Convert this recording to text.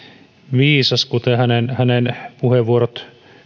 viisas kuten hänen hänen puheenvuoronsa